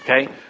okay